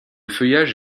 feuillage